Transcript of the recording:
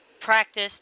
Practice